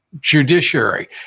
judiciary